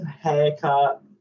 haircut